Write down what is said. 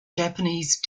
japanese